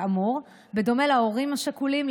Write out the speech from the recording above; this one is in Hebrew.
בדומה להורים השכולים,